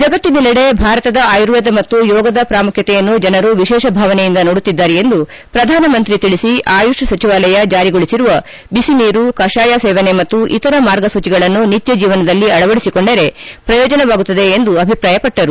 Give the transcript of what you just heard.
ಜಗತ್ತಿನೆಲ್ಲಡೆ ಭಾರತದ ಆರ್ಯುವೇದ ಮತ್ತು ಯೋಗದ ಪ್ರಾಮುಖ್ಯತೆಯನ್ನು ಜನರು ವಿಶೇಷ ಭಾವನೆಯಿಂದ ನೋಡುತ್ತಿದ್ದಾರೆ ಎಂದು ಪ್ರಧಾನಮಂತ್ರಿ ತಿಳಿಸಿ ಆಯುಷ್ ಸಚಿವಾಲಯ ಜಾರಿಗೊಳಿಸಿರುವ ಬಿಸಿನೀರು ಕಷಾಯ ಸೇವನೆ ಮತ್ತು ಇತರ ಮಾರ್ಗಸೂಚಿಗಳನ್ನು ನಿತ್ಯ ಜೀವನದಲ್ಲಿ ಅಳವಡಿಸಿಕೊಂಡರೆ ಪ್ರಯೋಜನವಾಗುತ್ತದೆ ಎಂದು ಅಭಿಪ್ರಾಯಪಟ್ಟರು